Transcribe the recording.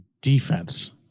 defense